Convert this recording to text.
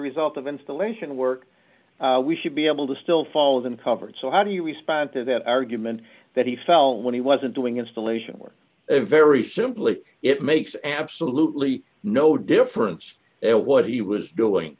result of installation work we should be able to still follow them covered so how do you respond to that argument that he fell when he wasn't doing installation work very simply it makes absolutely no difference what he was doing